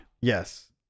Yes